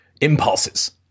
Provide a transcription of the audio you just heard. impulses